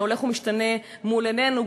שהולך ומשתנה מול עינינו,